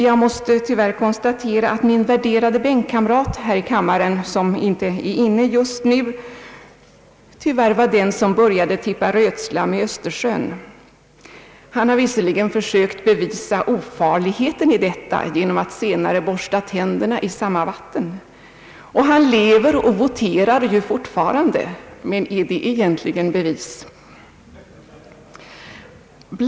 Jag måste tyvärr konstatera att min värderade bänkkamrat här i kammaren — som inte är närvarande i kammaren just nu — tyvärr var den som började att tippa rötslam i Östersjön. Han har visserligen försökt bevisa ofarligheten i detta genom att senare borsta tänderna i samma vatten. Han lever och voterar ju fortfarande. Men är det bevis nog?